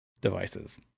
devices